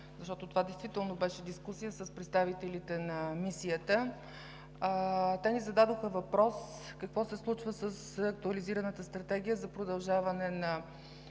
действително беше дискусия с представителите на Мисията. Те ни зададоха въпрос: какво се случва с Актуализираната стратегия за продължаване на